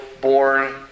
born